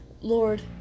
Lord